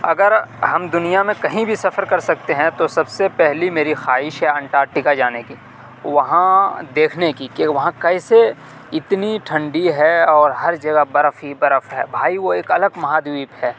اگر ہم دنیا میں کہیں بھی سفر کر سکتے ہیں تو سب سے پہلی میری خواہش ہے انٹاکٹیکا جانے کی وہاں دیکھنے کی کہ وہاں کیسے اتنی ٹھنڈی ہے اور ہر جگہ برف ہی برف ہے بھائی وہ ایک الگ مہادویپ ہے